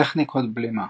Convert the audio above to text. טכניקת בלימה